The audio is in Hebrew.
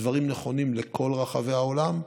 הדברים נכונים לכל רחבי העולם,